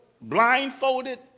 blindfolded